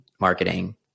marketing